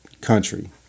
country